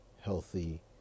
healthy